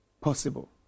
possible